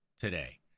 today